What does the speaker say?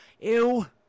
ew